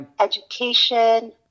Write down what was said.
education